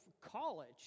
college